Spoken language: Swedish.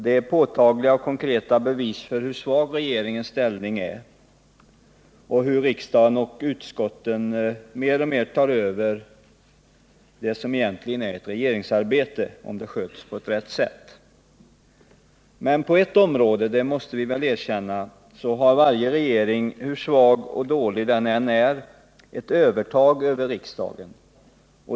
Det är påtagliga och konkreta bevis för hur svag regeringens ställning är och hur riksdagen och dess utskott mer och mer tar över det som egentligen är ett regeringsarbete, om det sköts på rätt sätt. Men på ett område — det måste vi väl erkänna — har varje regering, hur svag och dålig den än är, ett övertag över riksdagen.